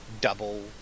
double